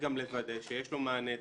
גם לוודא שיש לו מענה תקציבי.